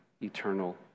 eternal